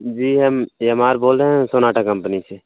जी हम M R बोल रहे हैं सोनाटा कम्पनी से